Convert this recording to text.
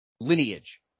lineage